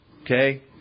Okay